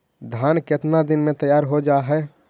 धान केतना दिन में तैयार हो जाय है?